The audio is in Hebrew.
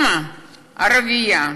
אימא ערבייה,